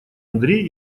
андрей